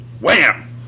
Wham